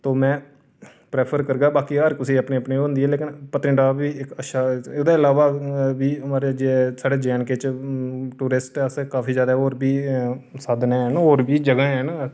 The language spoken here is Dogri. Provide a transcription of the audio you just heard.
तो मैं प्रैफ्फर करगा बाकी हर कुसै गी अपनी अपनी होंदी ऐ लेकिन पत्नीटॉप बी इक अच्छी जगह ऐ ओह्दे अलावा साढ़े बी हमारे साढ़े जे एण्ड के च टूरिस्ट आस्तै काफी जादा होर बी साधन है न होर बी जगह है न